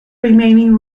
remaining